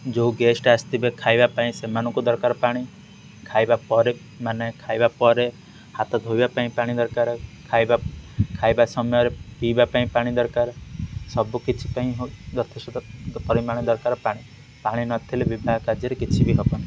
ଯେଉଁ ଗେଷ୍ଟ ଆସିଥିବେ ଖାଇବା ପାଇଁ ସେମାନଙ୍କୁ ଦରକାର ପାଣି ଖାଇବା ପରେ ମାନେ ଖାଇବା ପରେ ହାତ ଧୋଇବା ପାଇଁ ପାଣି ଦରକାର ଖାଇବା ଖାଇବା ସମୟରେ ପିଇବା ପାଇଁ ପାଣି ଦରକାର ସବୁକିଛି ପାଇଁ ହଉ ଯଥେଷ୍ଟ ପରିମାଣରେ ଦରକାର ପାଣି ପାଣି ନଥିଲେ ବିବାହ କାର୍ଯ୍ୟରେ କିଛି ବି ହବନି